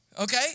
Okay